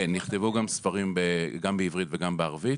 כן, נכתבו ספרים גם בעברית וגם בערבית.